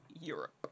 Europe